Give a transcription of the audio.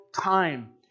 time